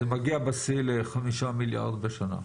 אז זה מגיע בשיא ל-5 מיליארד בשנה.